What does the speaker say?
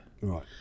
right